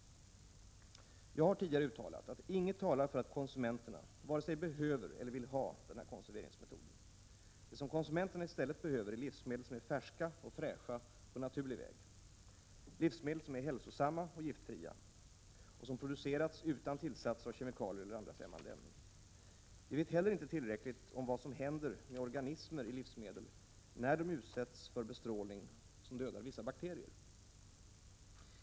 Jag har tidigare uttalat att inget talar för att konsumenterna vare sig behöver eller vill ha den här konserveringsmetoden. Det som konsumenter na i stället behöver är livsmedel som är färska och fräscha på naturlig väg, livsmedel som är hälsosamma och giftfria och som producerats utan tillsatser av kemikalier eller andra främmande ämnen. Vi vet heller inte tillräckligt om vad som händer med organismer i livsmedel när de utsätts för bestrålning som dödar vissa bakterier.